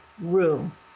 room